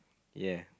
ya